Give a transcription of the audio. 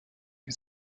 die